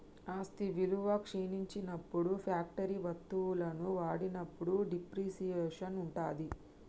ఆస్తి విలువ క్షీణించినప్పుడు ఫ్యాక్టరీ వత్తువులను వాడినప్పుడు డిప్రిసియేషన్ ఉంటది